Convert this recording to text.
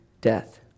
death